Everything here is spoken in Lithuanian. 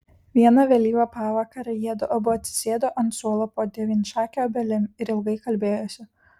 vieną vėlyvą pavakarę jiedu abu atsisėdo ant suolo po devynšake obelim ir ilgai kalbėjosi